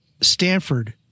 Stanford